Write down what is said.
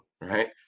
right